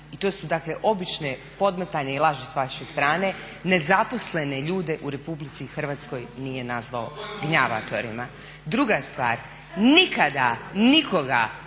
i to su dakle obična podmetanja i laži s vaše strane, ne zaposlene ljude u RH nije nazvao gnjavatorima. Druga stvar, nikada nikoga